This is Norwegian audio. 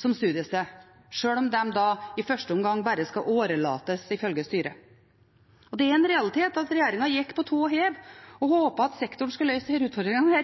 som studiested, sjøl om de i første omgang bare skal årelates, ifølge styret. Det er en realitet at regjeringen gikk på tå hev og håpet at sektoren skulle løse disse utfordringene.